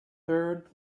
third